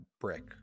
brick